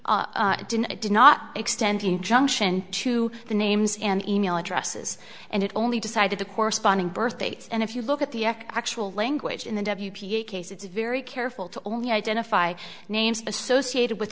did it did not extend junction to the names and email addresses and it only decided the corresponding birthdates and if you look at the actual language in the case it's very careful to only identify names associated with